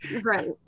Right